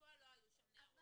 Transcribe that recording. ובפועל לא היו שם נערות.